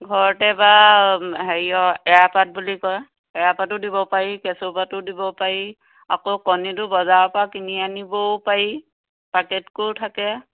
ঘৰতে বা হেৰিঅ এৰা পাত বুলি কয় এৰা পাতো দিব পাৰি কেচু পাতো দিব পাৰি আকৌ কণীটো বজাৰৰ পৰা কিনি আনিবও পাৰি পাকেটকৈও থাকে